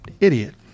idiot